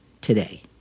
today